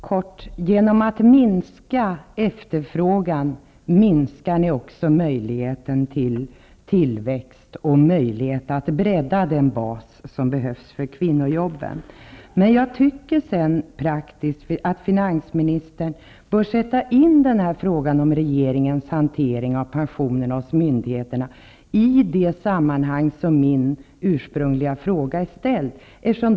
Herr talman! Helt kort: Genom att minska efterfrågan minskar ni också möjligheten till tillväxt och möjligheten att bredda den bas som behövs för kvinnojobben. Men jag tycker, praktiskt sett, att finansministern inte sätter in frågan om regeringens hantering av pensionerna hos myndigheterna i det sammanhang som min ursprungliga fråga är ställd inom.